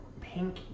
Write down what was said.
pink